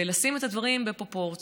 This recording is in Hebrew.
ולשים את הדברים בפרופורציות,